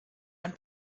ein